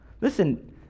listen